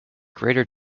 greater